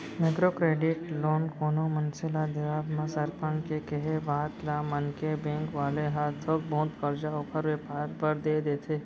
micro credit loan कोनो मनसे ल देवब म सरपंच के केहे बात ल मानके बेंक वाले ह थोक बहुत करजा ओखर बेपार बर देय देथे